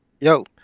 Yo